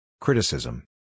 Criticism